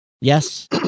yes